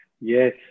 yes